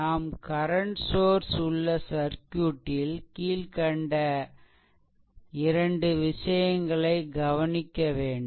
நாம் current source உள்ள circuit ல் கீழ்க்கண்ட 2 விசயங்களை கவனிக்க வேண்டும்